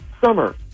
summer